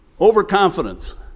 overconfidence